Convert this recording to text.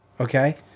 Okay